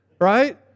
Right